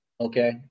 okay